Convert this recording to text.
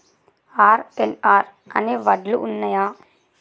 RNR అనే వడ్లు ఉన్నయా?